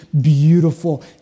beautiful